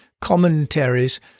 commentaries